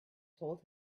told